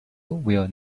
will